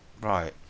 right